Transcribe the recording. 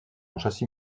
châssis